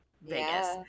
Vegas